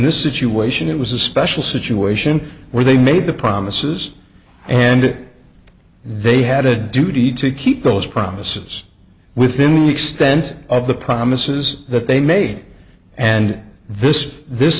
this situation it was a special situation where they made the promises and they had a duty to keep those promises within the extent of the promises that they made and this this